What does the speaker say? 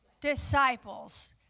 disciples